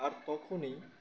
আর তখনই